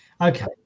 Okay